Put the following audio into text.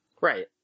Right